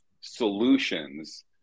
solutions